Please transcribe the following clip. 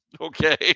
okay